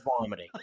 vomiting